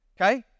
okay